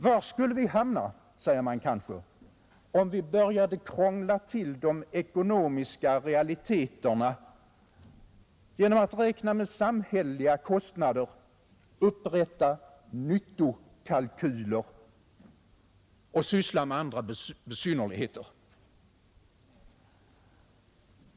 Var skulle vi hamna, säger man kanske, om vi började krångla till de ekonomiska realiteterna genom att räkna med samhälleliga kostnader, upprätta ”nyttokostnadskalkyler” och syssla med andra besynnerligheter.